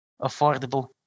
affordable